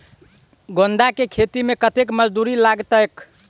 गेंदा केँ खेती मे कतेक मजदूरी लगतैक?